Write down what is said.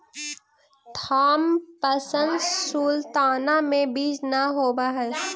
Thompson sultana में बीज न होवऽ हई